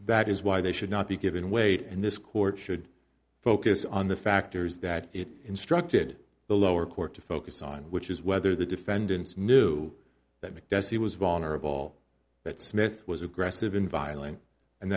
that is why they should not be given weight and this court should focus on the factors that it instructed the lower court to focus on which is whether the defendants knew that because he was vulnerable that smith was aggressive and violent and